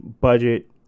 budget